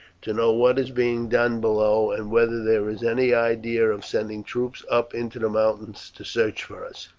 to know what is being done below, and whether there is any idea of sending troops up into the mountains to search for us.